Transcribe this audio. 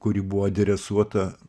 kuri buvo adresuota